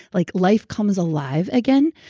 like life comes alive again.